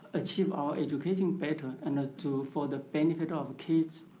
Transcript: achieve our education better and to for the benefit of kids.